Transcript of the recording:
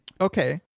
okay